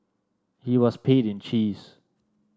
he was paid in cheese